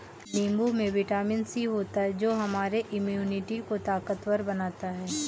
नींबू में vitamin C होता है जो हमारे इम्यूनिटी को ताकतवर बनाता है